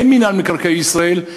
אין מינהל מקרקעי ישראל,